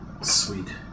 Sweet